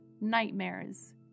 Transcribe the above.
Nightmares